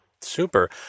Super